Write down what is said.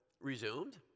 resumed